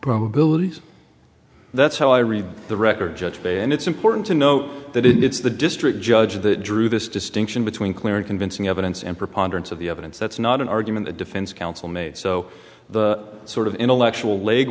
probabilities that's how i read the record judged and it's important to note that it's the district judge that drew this distinction between clear and convincing evidence and preponderance of the evidence that's not an argument the defense counsel made so the sort of intellectual leg